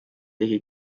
ligi